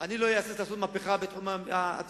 שאני לא אהסס לעשות מהפכה בתחום התכנון.